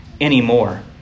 anymore